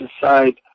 decide